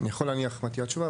אני יכול להניח מה תהיה התשובה,